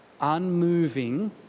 unmoving